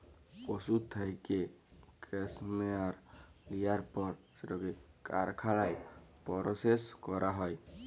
পশুর থ্যাইকে ক্যাসমেয়ার লিয়ার পর সেটকে কারখালায় পরসেস ক্যরা হ্যয়